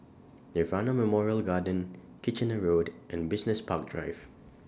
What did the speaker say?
Nirvana Memorial Garden Kitchener Road and Business Park Drive